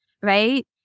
right